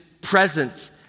presence